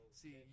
see